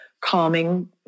calming